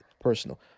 personal